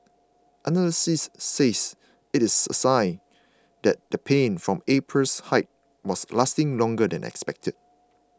analysts say it is a sign that the pain from April's hike was lasting longer than expected